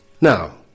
now